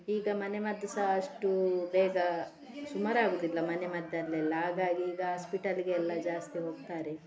ಈಗ ಮನೆಮದ್ದು ಸ ಅಷ್ಟು ಬೇಗ ಸುಮಾರಾಗೋದಿಲ್ಲ ಮನೆಮದ್ದಲ್ಲೆಲ್ಲ ಹಾಗಾಗಿ ಈಗ ಆಸ್ಪೆಟಲ್ಲಿಗೆಲ್ಲ ಜಾಸ್ತಿ ಹೋಗ್ತಾರೆ